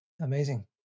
Amazing